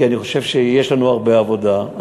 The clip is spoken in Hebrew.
כי אני חושב שיש לנו הרבה עבודה.